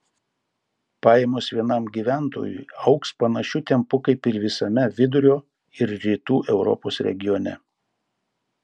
pajamos vienam gyventojui augs panašiu tempu kaip ir visame vidurio ir rytų europos regione